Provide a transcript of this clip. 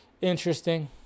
Interesting